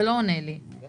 הם לא עונים לי על השאלות.